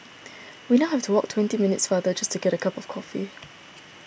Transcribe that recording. we now have to walk twenty minutes farther just to get a cup of coffee